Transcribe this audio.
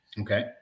Okay